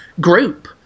group